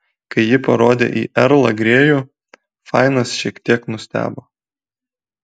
kai ji parodė į erlą grėjų fainas šiek tiek nustebo